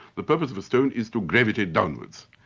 the purpose of a stone is to gravitate downwards.